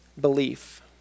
Belief